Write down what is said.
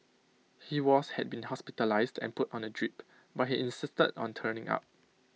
he was had been hospitalised and put on A drip but he insisted on turning up